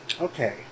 okay